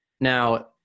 now